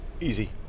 Easy